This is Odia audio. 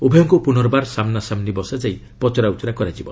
ଉଭୟଙ୍କୁ ପୁନର୍ବାର ସାମ୍ନା ସାମ୍ନି ବସାଯାଇ ପଚରା ଉଚରା କରାଯିବ